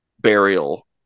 burial